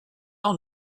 all